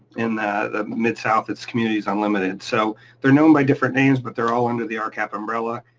in the mid south, it's communities unlimited. so they're known by different names, but they're all under the ah rcap umbrella,